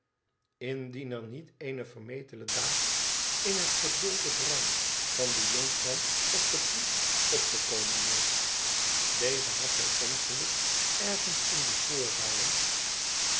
indien er niet eene vermetele daad in het verboolde brein van den jonkman op de proef opgekomen was deze had bij ongeluk ergens in de voorzalen